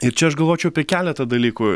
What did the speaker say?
ir čia aš galvočiau apie keletą dalykų